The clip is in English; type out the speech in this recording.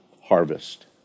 harvest